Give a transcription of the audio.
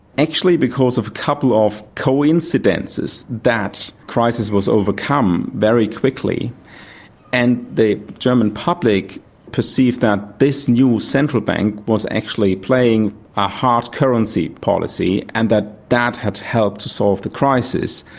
actually because of a couple of coincidences that crisis was overcome very quickly and the german public perceived that this new central bank was actually playing a hard currency policy and that that had helped to solve the crisis.